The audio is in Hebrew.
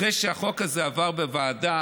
אחרי שהחוק הזה עבר בוועדה,